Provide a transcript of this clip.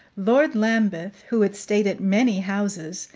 lord lambeth, who had stayed at many houses,